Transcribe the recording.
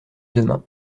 demain